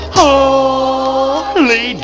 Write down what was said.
holy